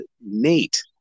Nate